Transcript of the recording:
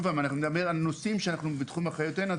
אנחנו עוסקים בנושאים שנמצאים בתחום אחריותנו.